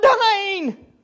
dying